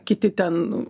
kiti ten